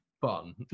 fun